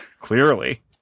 clearly